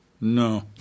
No